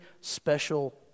special